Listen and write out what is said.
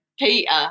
Peter